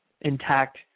intact